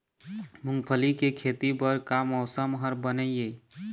मूंगफली के खेती बर का मौसम हर बने ये?